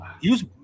use